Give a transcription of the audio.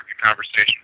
conversation